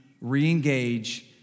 re-engage